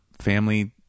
family